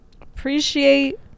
appreciate